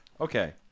Okay